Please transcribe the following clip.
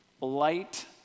light